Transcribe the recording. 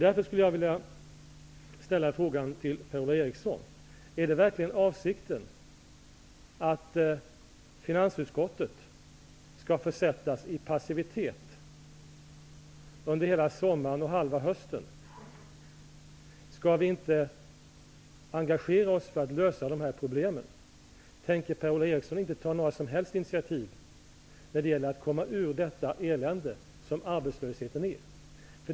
Därför vill jag fråga Per-Ola Eriksson om avsikten verkligen är att finansutskottet skall försättas i passivitet under hela sommaren och halva hösten. Skall vi inte engagera oss för att lösa problemen? Tänker Per-Ola Eriksson inte ta några som helst initiativ när det gäller att komma ur det elände som arbetslösheten är?